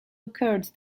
occurred